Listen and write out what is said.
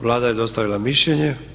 Vlada je dostavila mišljenje.